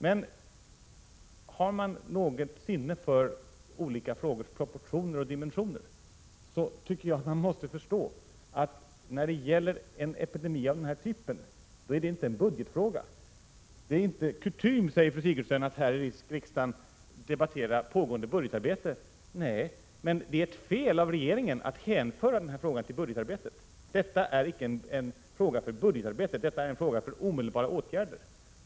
Men har man något sinne för olika frågors proportioner och dimensioner, tycker jag att man måste förstå att en epidemi av den här typen inte är en budgetfråga. Det är inte kutym, säger fru Sigurdsen, att här i riksdagen debattera pågående budgetarbete. Nej, men det är ett fel av regeringen att hänföra den här frågan till budgetarbetet. Detta är inte en fråga för budgetarbetet utan en fråga om omedelbara åtgärder.